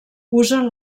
usen